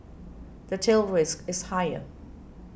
the tail risk is higher